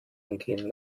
entgehen